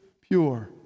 Pure